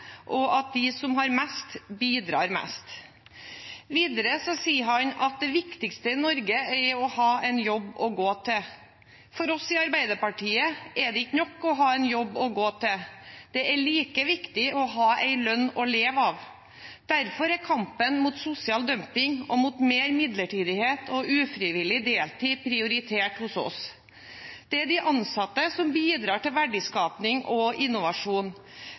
og at de som har mest, bidrar mest. Videre sier han at det viktigste i Norge er å ha en jobb å gå til. For oss i Arbeiderpartiet er det ikke nok å ha en jobb å gå til. Det er like viktig å ha en lønn å leve av. Derfor er kampen mot sosial dumping og mot mer midlertidighet og ufrivillig deltid prioritert hos oss. Det er de ansatte som bidrar til verdiskaping og innovasjon.